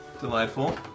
Delightful